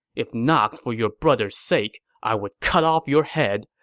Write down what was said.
if not for your brother's sake, i would cut off your head!